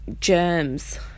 germs